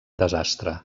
desastre